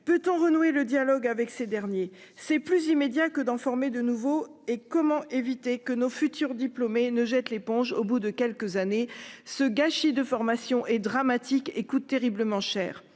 peut-on renouer le dialogue avec ces derniers. C'est plus immédiat que d'en former de nouveaux et comment éviter que nos futurs diplômés ne jette l'éponge au bout de quelques années ce gâchis de formations est dramatique et coûte terriblement cher